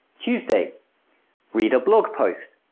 tuesday read a blog post